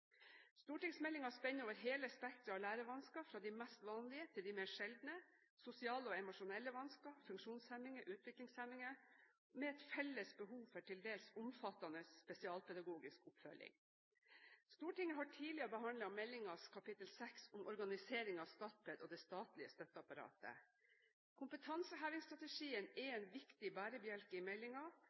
spenner over hele spekteret av lærevansker, fra de mest vanlige til de mer sjeldne, sosiale og emosjonelle vansker, funksjonshemninger og utviklingshemninger, med et felles behov for til dels omfattende spesialpedagogisk oppfølging. Stortinget har tidligere behandlet meldingens kap. 6 om organiseringen av Statped og det statlige støtteapparatet. Kompetansehevingsstrategien er en viktig bærebjelke i